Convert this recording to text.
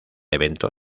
evento